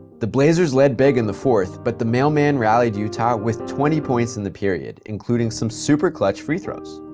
the blazers led big in the fourth, but the mailman rallied utah with twenty points in the period, including some super clutch free throws.